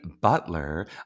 Butler